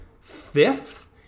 Fifth